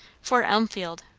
for elmfield,